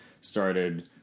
started